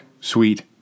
sweet